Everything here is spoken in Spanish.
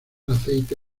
aceite